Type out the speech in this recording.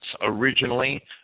Originally